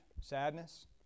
sadness